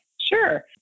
Sure